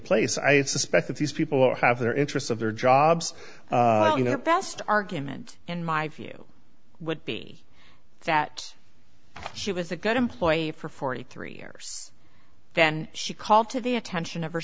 place i suspect that these people have their interests of their jobs you know past argument in my view would be that she was a good employee for forty three years then she called to the attention of her